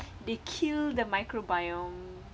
they kill the microbial